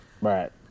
Right